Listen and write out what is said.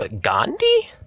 gandhi